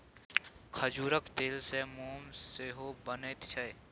खजूरक तेलसँ मोम सेहो बनैत छै